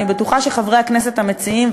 אני בטוחה שחברי הכנסת המציעים,